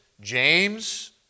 James